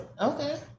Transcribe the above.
Okay